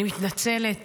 אני מתנצלת